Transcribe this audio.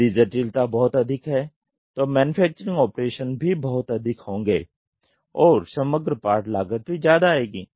यदि जटिलता बहुत अधिक है तो मैन्युफैक्चरिंग ऑपरेशन भी बहुत अधिक होंगे और समग्र पार्ट लागत भी ज्यादा आयेगी